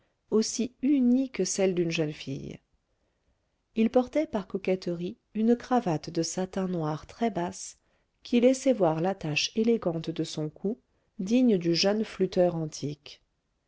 aussi unies que celles d'une jeune fille il portait par coquetterie une cravate de satin noir très basse qui laissait voir l'attache élégante de son cou digne du jeune flûteur antique